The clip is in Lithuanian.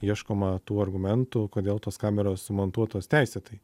ieškoma tų argumentų kodėl tos kameros sumontuotos teisėtai